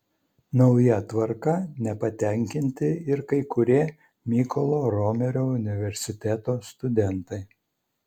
nauja tvarka nepatenkinti ir kai kurie mykolo romerio universiteto studentai